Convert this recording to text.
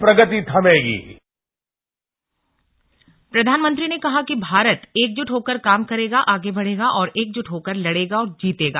प्रधानमंत्री ने कहा कि भारत एकजुट होकर काम करेगा आगे बढ़ेगा और एकजुट होकर लड़ेगा और जीतेगा